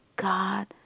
God